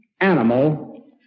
animal